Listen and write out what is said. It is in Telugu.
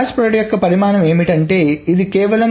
క్రాస్ ప్రోడక్ట్ యొక్క పరిమాణం ఏమిటి అంటే ఇది కేవలం